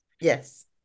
Yes